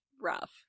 rough